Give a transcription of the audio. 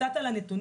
קצת על הנתונים